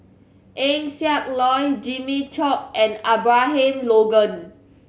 Eng Siak Loy Jimmy Chok and Abraham Logan